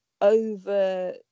over